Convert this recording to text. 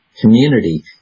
community